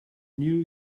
new